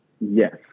Yes